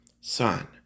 Son